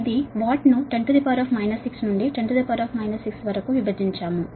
ఈ వాట్ ను 10 6 నుండి 10 6 వరకు విభజించాలి